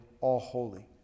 all-holy